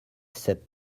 sept